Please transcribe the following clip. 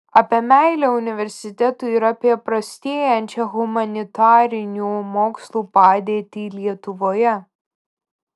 apie meilę universitetui ir apie prastėjančią humanitarinių mokslų padėtį lietuvoje